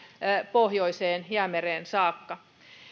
pohjoiselle jäämerelle saakka